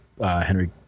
Henry